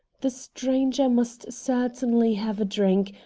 the stranger must certainly have a drink,